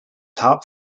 top